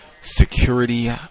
security